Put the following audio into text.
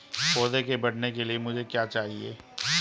पौधे के बढ़ने के लिए मुझे क्या चाहिए?